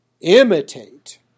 imitate